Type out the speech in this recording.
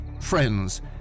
friends